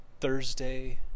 Thursday